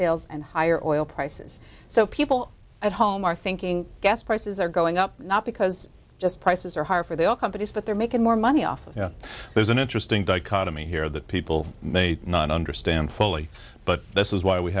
sales and higher oil prices so people at home are thinking gas prices are going up not because just prices are higher for the companies that they're making more money off you know there's an interesting dichotomy here that people may not understand fully but this is why we